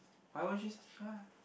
why won't just